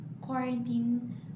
quarantine